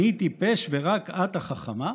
אני טיפש ורק את החכמה?